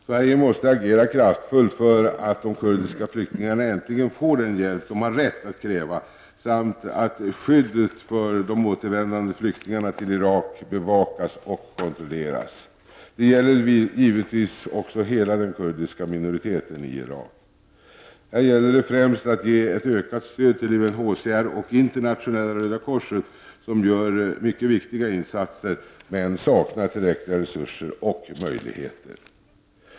Sverige måste agera kraftfullt för att de kurdiska flyktingarna äntligen får den hjälp de har rätt att kräva samt att skyddet för de återvändande flyktingarna till Irak bevakas och kontrolleras. Detta gäller givetvis också hela den kurdiska minoriteten i Irak. Här gäller det främst att ge ett ökat stöd till UNHCR och internationella Röda korset, som gör mycket viktiga insatser men saknar tillräckliga resurser och möjligheter.